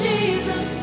Jesus